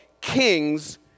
kings